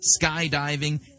skydiving